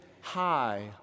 high